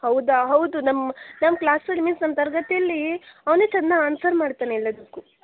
ಹೌದಾ ಹೌದು ನಮ್ಮ ನಮ್ಮ ಕ್ಲಾಸಲ್ಲಿ ಮಿಸ್ ನಮ್ಮ ತರಗತಿಯಲ್ಲಿ ಅವನೇ ಚೆನ್ನಾಗಿ ಆನ್ಸರ್ ಮಾಡ್ತಲೇ ಎಲ್ಲದಕ್ಕೂ